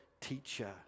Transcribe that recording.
teacher